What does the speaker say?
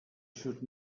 should